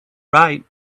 right